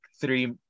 three